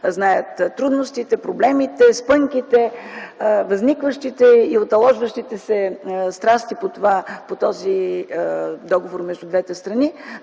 знаят трудностите, проблемите, спънките, възникващите и уталожващите се страсти по този договор между двете страни